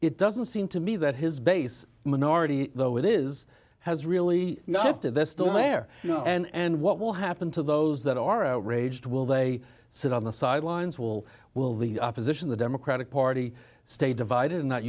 it doesn't seem to me that his base minority though it is has really not if they're still there you know and what will happen to those that are outraged will they sit on the sidelines will will the opposition the democratic party stay divided and not